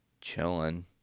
chilling